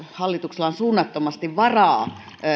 hallituksella on suunnattomasti varaa